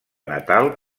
natal